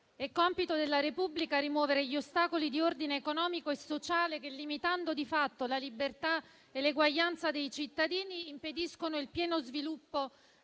«È compito della Repubblica rimuovere gli ostacoli di ordine economico e sociale, che, limitando di fatto la libertà e l'eguaglianza dei cittadini, impediscono il pieno sviluppo